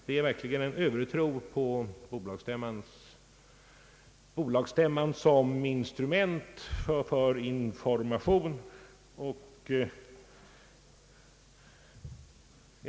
Det är verkligen en övertro på bolagsstämman som instrument för information.